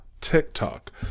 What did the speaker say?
TikTok